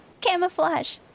Camouflage